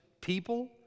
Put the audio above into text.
people